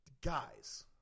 Guys